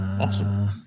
Awesome